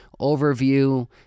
overview